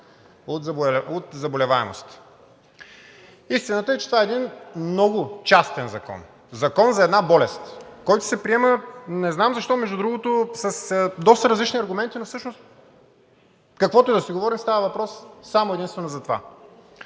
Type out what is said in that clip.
от заболеваемост. Истината е, че това е един много частен закон – закон за една болест, който се приема не знам защо, между другото, с доста различни аргументи, но всъщност каквото и да си говорим, става въпрос само и единствено за това,